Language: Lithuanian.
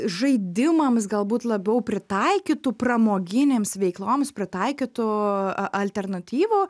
žaidimams galbūt labiau pritaikytų pramoginėms veikloms pritaikytų a alternatyvų